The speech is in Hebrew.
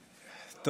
לשעון.